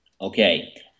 okay